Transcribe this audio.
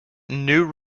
new